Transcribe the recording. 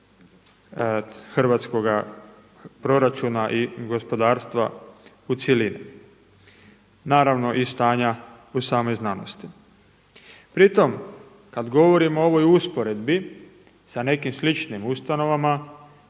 hrvatskoga proračuna i gospodarstva u cjelini, naravno i stanja u samoj znanosti. Pri tom kada govorimo o ovoj usporedbi sa nekim sličnim ustanovama